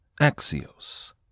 Axios